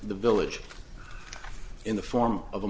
the village in the form of